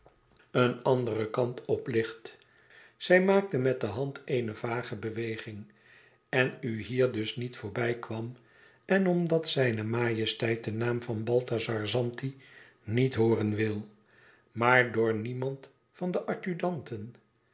een anderen kant op ligt zij maakte met de hand eene vage beweging en u hier dus niet voorbij kwam en omdat zijne majesteit den naam van balthazar zanti niet hooren wil maar door niemand van de